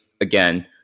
again